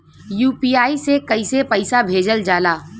UPI से कइसे पैसा भेजल जाला?